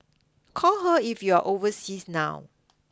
call her if you are overseas now